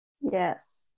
yes